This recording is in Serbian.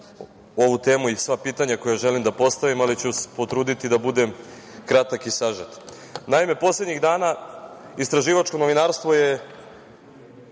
ovu temu i sva pitanja koja želim da postavim, ali ću se potruditi da budem kratak i sažet. Naime, poslednjih dana istraživačko novinarstvo je